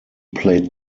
played